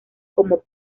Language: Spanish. como